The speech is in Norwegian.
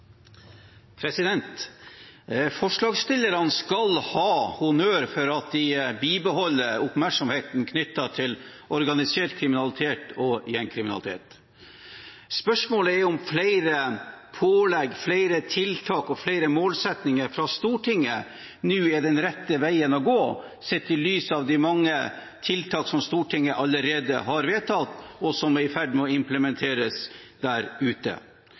om flere pålegg, flere tiltak og flere målsettinger fra Stortinget nå er den rette veien å gå, sett i lys av de mange tiltakene som Stortinget allerede har vedtatt, og som er i ferd med å implementeres der ute.